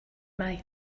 mine